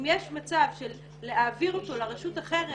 השאלה היא האם יש מצב להעביר אותו לרשות אחרת.